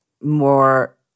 more